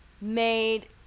made